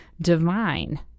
divine